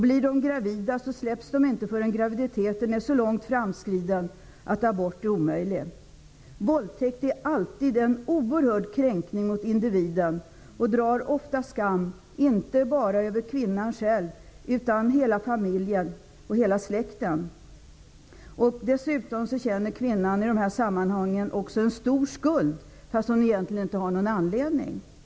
Blir de gravida, släpps de inte förrän graviditeten är så långt framskriden att abort är omöjlig. Våldtäkt är alltid en oerhörd kränkning mot individen och drar ofta skam inte bara över kvinnan själv utan över hela familjen och hela släkten. Dessutom känner kvinnan i de här sammanhangen också en stor skuld, fastän hon egentligen inte har någon anledning att göra det.